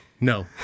no